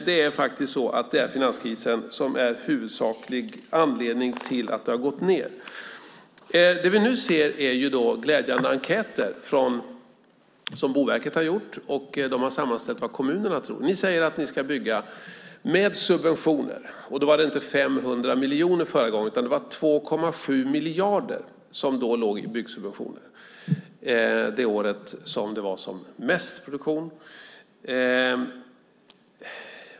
Det är finanskrisen som är den huvudsakliga anledningen till att det har gått ned. Det vi nu ser är glädjande enkäter som Boverket har gjort. De har sammanställt vad kommunerna tror. Ni säger att ni ska bygga med subventioner. Det var inte 500 miljoner förra gången, utan 2,7 miljarder låg i byggsubventioner det år då det var som störst produktion.